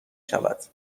شود